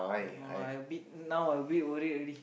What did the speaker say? no lah a bit now I a bit worry already